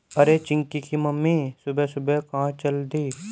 अरे चिंकी की मम्मी सुबह सुबह कहां चल दी?